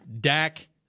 Dak